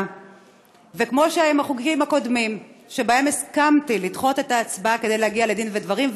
כמו שבחוקים הקודמים הסכמתי לדחות את ההצבעה כדי להגיע לדין ודברים,